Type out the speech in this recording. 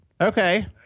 Okay